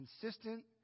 consistent